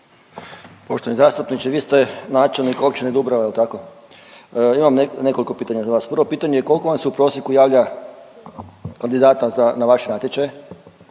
Poštovani zastupniče vi ste načelnik Općine Dubrava, jel tako? Imam nekoliko pitanja za vas. Prvo pitanje je koliko vam se u prosjeku javlja kandidata za, na vaš natječaj?